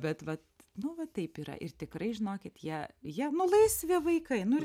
bet vat nu va taip yra ir tikrai žinokit jie jie nu laisvi vaikai nu ir